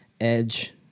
Edge